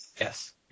Yes